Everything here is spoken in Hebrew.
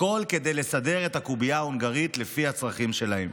הכול כדי לסדר את הקובייה ההונגרית לפי הצרכים שלהם.